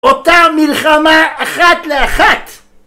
אותה מלחמה אחת לאחת